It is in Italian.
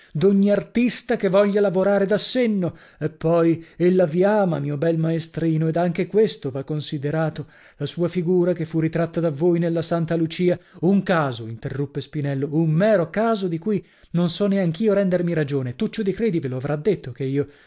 bene d'ogni artista che voglia lavorare da senno e poi ella vi ama mio bel maestrino ed anche questo va considerato la sua figura che fu ritratta da voi nella santa lucia un caso interruppe spinello un mero caso di cui non so neanch'io rendermi ragione tuccio di credi ve lo avrà detto che io